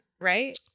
right